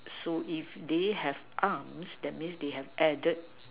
so if they have arms that means they have added